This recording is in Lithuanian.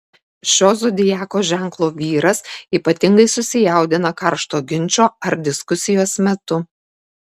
šio zodiako ženklo vyras ypatingai susijaudina karšto ginčo ar diskusijos metu